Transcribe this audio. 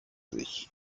sich